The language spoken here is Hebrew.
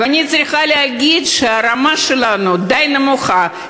ואני צריכה להגיד שהרמה שלנו די נמוכה.